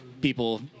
people